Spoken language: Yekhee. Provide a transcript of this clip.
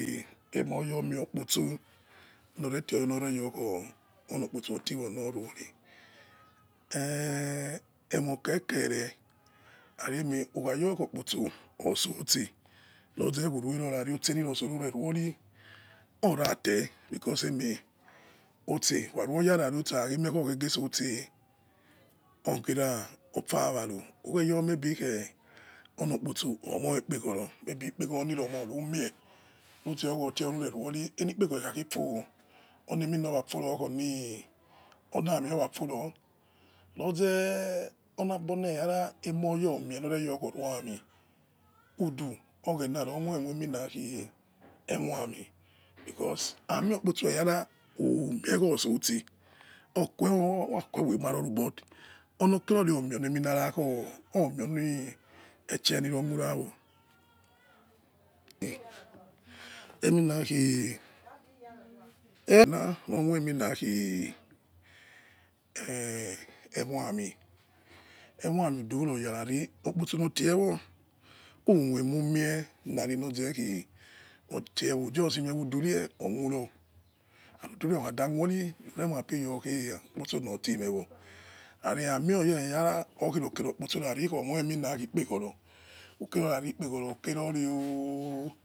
Aime yokposo lore yorokposo lore tio lore yo olookposo tiowo. Ehi emo kekere ugha yo okposo osose lure ruro khari ose ho so lire run ora te because emire tse ukha ruoya khari ose ofawaro ugheyo te maybe khe olo okposo omie ekpeghoro maybe khari ekpehoro liro mo lumie ikhi utio lotie wo lure ruri ekpegjo khaghe fuo oinemi na aifo okharowa owa phoro ola, ami owa phoro loze okigbona eyara imoya mie loze oru aamin udu lore mina khi emokimin aimo okposo eyara umie khosose ukhue momoro ru but olo kerie ri ongue mio temira mio le eshe liso miena wo imina khi egua no lo mori aimin, ukha kho ri okposo lotiowo ukha mie meze khi like oh, ujust mie udu re okhuro udu khada khuoi lure mapi yuokhe olo kposo na tieme wo khari imioya eyara okhi ro kere okposo khari omomikhi ekpeghoro khari ekpeghoro okere ri oroh.̣̣